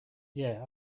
yeah